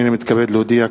הנני מתכבד להודיע,